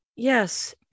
Yes